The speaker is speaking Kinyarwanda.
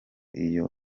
iyo